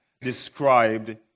described